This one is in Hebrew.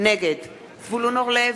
נגד זבולון אורלב,